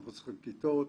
אנחנו צריכים כיתות.